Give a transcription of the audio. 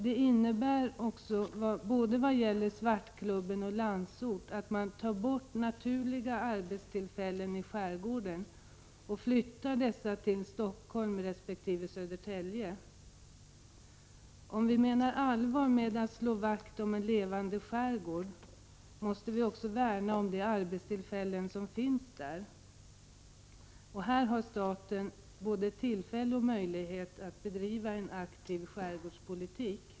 Det innebär, både vad gäller Svartklubben och Landsort, att man tar bort naturliga arbetstillfällen i skärgården och flyttar dessa till Stockholm resp. Södertälje. Om vi menar allvar med att slå vakt om en levande skärgård, måste vi också värna om de arbetstillfällen som finns där. Här har staten både tillfälle och möjlighet att bedriva en aktiv skärgårdspolitik.